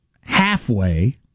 halfway